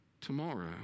tomorrow